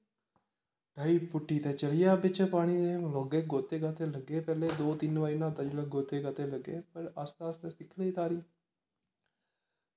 डाई पुट्टी ते चली गेआ पिच्छें पानी दे लग्गे गोते गाते लग्गे पैह्लें दो तिन बारी न्हाता जिसलै गोते गाते लग्गे पर आस्ता आस्ता सिक्खी लेई तारी